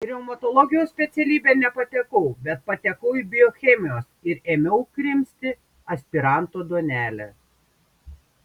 į reumatologijos specialybę nepatekau bet patekau į biochemijos ir ėmiau krimsti aspiranto duonelę